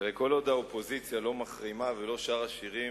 תראה, כל עוד האופוזיציה לא מחרימה ולא שרה שירים